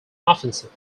offensive